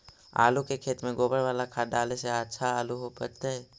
आलु के खेत में गोबर बाला खाद डाले से अच्छा आलु उपजतै?